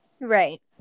Right